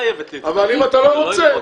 אבל אם אתה לא רוצה,